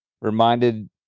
reminded